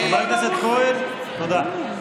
חבר הכנסת כהן, תודה.